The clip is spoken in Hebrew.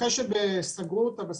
אחרי שסגרו אותה,